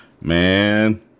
man